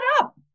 up